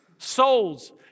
Souls